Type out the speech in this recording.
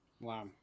Wow